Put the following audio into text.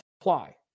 apply